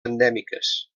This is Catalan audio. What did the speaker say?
endèmiques